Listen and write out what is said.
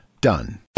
Done